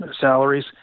salaries